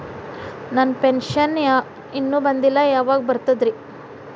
ನನ್ನ ಪೆನ್ಶನ್ ಇನ್ನೂ ಬಂದಿಲ್ಲ ಯಾವಾಗ ಬರ್ತದ್ರಿ?